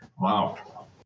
Wow